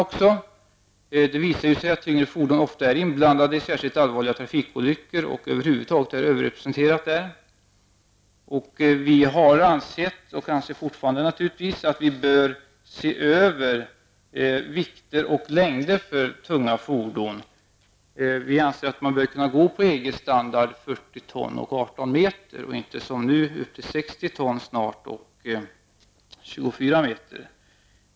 Det har visat sig att tyngre fordon ofta är inblandade i särskilt allvarliga trafikolyckor, och de är över huvud taget överrepresenterade i olycksstatistiken. Miljöpartiet har ansett, och anser naturligtvis fortfarande, att man bör se över bestämmelserna om vikt och längd för tunga fordon. Vi anser att man borde kunna följa EG-standarden 40 ton och 18 meter och inte som nu snart tillåta upp till 60 ton och 24 meter.